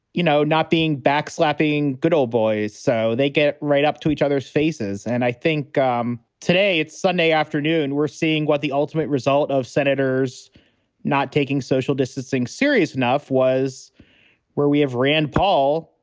you know, not being backslapping good ole boys, so they get right up to each other's faces. and i think um today it's sunday afternoon, we're seeing what the ultimate result of senators not taking social distancing serious enough was where we have rand paul,